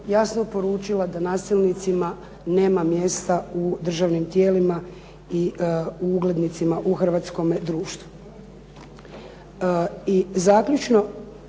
jasno poručila da nasilnicima nema mjesta u državnim tijelima i uglednicima u hrvatskom društvu.